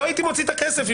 לא הייתי מוציא את הכסף.